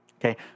Okay